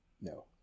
no